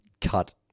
cut